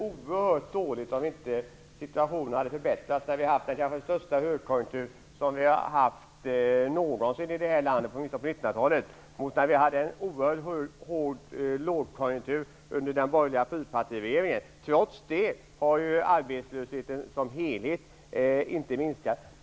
Herr talman! Det hade varit oerhört dåligt om situationen inte hade förbättrats när vi nu har den största högkonjunkturen någonsin under 1900-talet här i landet - under den borgerliga fyrpartiregeringen hade vi en oerhörd lågkonjunktur. Trots det har arbetslösheten som helhet inte minskat.